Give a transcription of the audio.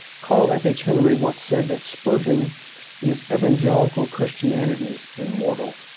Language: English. carl f h henry once said that spurgeon is evangelical christianity's immortal.